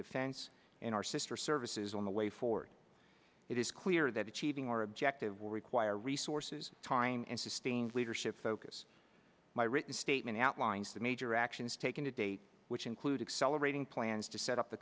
defense and our sister services on the way forward it is clear that achieving our objective will require resources time and sustained leadership focus my written statement outlines the major actions taken to date which include accelerating plans to set up the